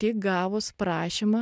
tik gavus prašymą